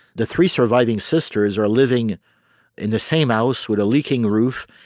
the three surviving sisters are living in the same house with a leaking roof,